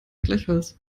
gleichfalls